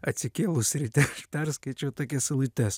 atsikėlus ryte perskaičiau tokias eilutes